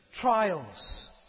trials